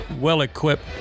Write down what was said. well-equipped